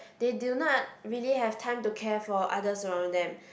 they do not really have time to care for others around them